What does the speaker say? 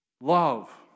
Love